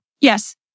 Yes